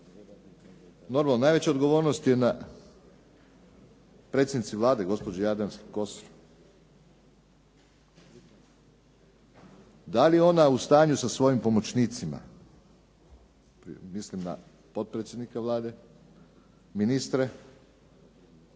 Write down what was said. Normalno najveća odgovornost je na predsjednici Vlade gospođi Jadranki Kosor. Da li je ona u stanju sa svojim pomoćnicima, mislim na potpredsjednika Vlade, ministre,